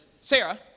Sarah